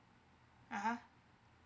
uh !huh!